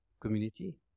community